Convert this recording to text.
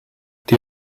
die